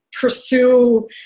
pursue